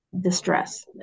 distress